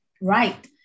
right